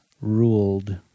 ruled